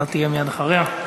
אתה תהיה מייד אחריה.